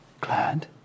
glad